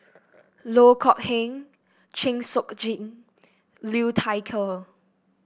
Loh Kok Heng Chng Seok Liu Thai Ker